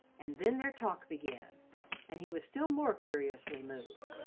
and then their talk began and he was still more curiously moved,